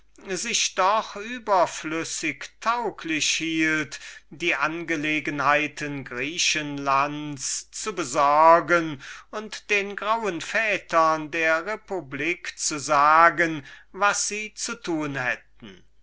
vorbereitet doch überflüssig tauglich hielt und vielleicht war ers würklich die angelegenheiten griechenlands zu besorgen und den grauen vätern der republik zu sagen was sie zu tun hätten